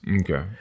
Okay